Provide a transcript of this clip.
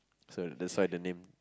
so that's why the name